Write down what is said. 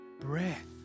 Breath